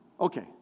Okay